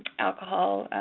alcohol.